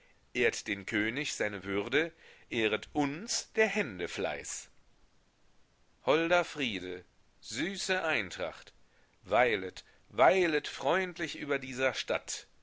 ehrt den könig seine würde ehret uns der hände fleiß holder friede süße eintracht weilet weilet freundlich über dieser stadt